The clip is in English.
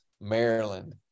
Maryland